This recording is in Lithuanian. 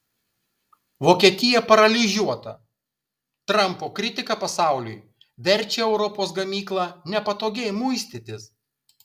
vokietija paralyžiuota trampo kritika pasauliui verčia europos gamyklą nepatogiai muistytis